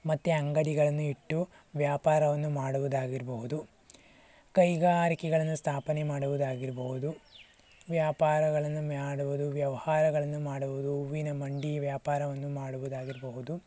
ಮತ್ತು ಅಂಗಡಿಗಳನ್ನು ಇಟ್ಟು ವ್ಯಾಪಾರವನ್ನು ಮಾಡುವುದಾಗಿರಬಹುದು ಕೈಗಾರಿಕೆಗಳನ್ನು ಸ್ಥಾಪನೆ ಮಾಡುವುದಾಗಿರಬಹುದು ವ್ಯಾಪಾರಗಳನ್ನು ಮಾಡುವುದು ವ್ಯವಹಾರಗಳನ್ನು ಮಾಡುವುದು ಹೂವಿನ ಮಂಡಿ ವ್ಯಾಪಾರವನ್ನು ಮಾಡುವುದಾಗಿರಬಹುದು